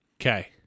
Okay